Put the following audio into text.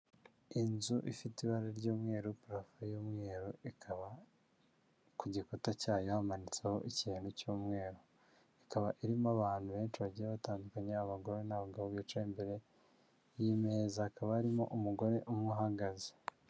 Inzu ifite ibara ry'umweru parofe y'umweru ikaba ku gikuta cyayo hamanitseho ikintu cy'umweru ikaba irimo abantu benshi bagiye batandukanyekanya abagore n'abagabo bicaye imbere y'imeza akaba harimo umugore uhagaze.